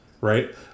Right